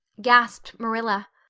gasped marilla.